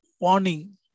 warning